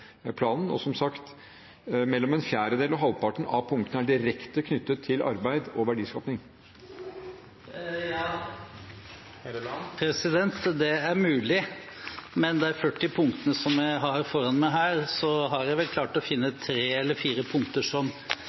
planen, og som sagt: Mellom en fjerdedel og halvparten av punktene er direkte knyttet til arbeid og verdiskaping. Det er mulig, men av de 40 punktene jeg har foran meg her, har jeg vel klart å finne tre eller fire punkter som